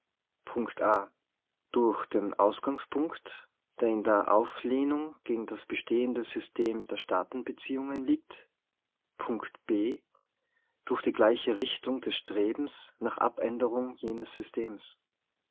durch den ausgangspunkt der in der auf lehnung gegen das bestehende system der staatenbeziehungen liegt b durch die gleiche richtung des strebens nach abänderung jenes systems